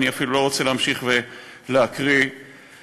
אני אפילו לא רוצה להמשיך ולהקריא את